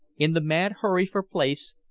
in the mad hurry for place,